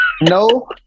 No